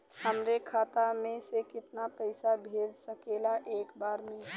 हमरे खाता में से कितना पईसा भेज सकेला एक बार में?